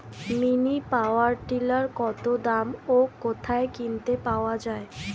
Mini power tiller কত দাম ও কোথায় কিনতে পাওয়া যায়?